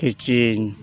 ᱠᱤᱪᱤᱝ